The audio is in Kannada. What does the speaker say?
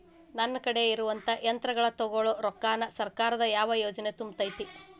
ನನ್ ಕಡೆ ಇರುವಂಥಾ ಯಂತ್ರಗಳ ತೊಗೊಳು ರೊಕ್ಕಾನ್ ಸರ್ಕಾರದ ಯಾವ ಯೋಜನೆ ತುಂಬತೈತಿ?